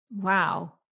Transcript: Wow